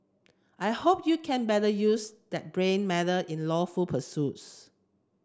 I hope you can better use that brain matter in lawful pursuits